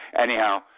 Anyhow